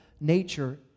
nature